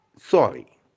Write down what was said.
sorry